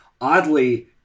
oddly